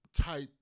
type